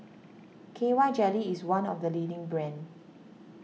K Y Jelly is one of the leading brands